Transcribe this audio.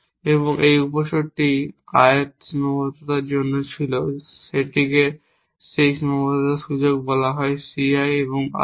এবং যে উপসেটটি i t h সীমাবদ্ধতার জন্য ছিল সেটিকে সেই সীমাবদ্ধতার সুযোগ বলা হয় c i এবং R i